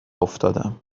افتادم